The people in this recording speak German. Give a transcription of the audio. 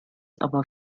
aber